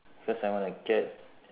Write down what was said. cause I want a cat